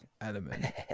element